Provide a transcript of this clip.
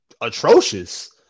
atrocious